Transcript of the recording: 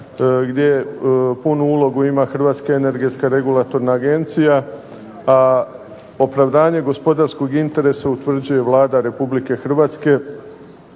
gdje punu ulogu ima Hrvatska energetska regulatorna agencija, a opravdanje gospodarskog interesa utvrđuje Vlada Republike Hrvatske